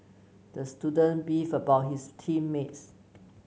the student beefed about his team mates